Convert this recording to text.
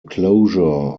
closure